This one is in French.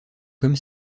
comme